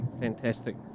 fantastic